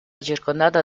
circondata